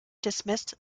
dismissed